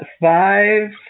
five